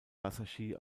wasserski